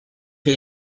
chi